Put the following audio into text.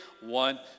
One